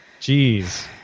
jeez